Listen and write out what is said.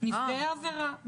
בנפגעי עבירה.